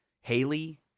Haley